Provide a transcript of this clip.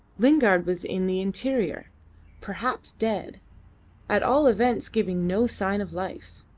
lingard was in the interior perhaps dead at all events giving no sign of life.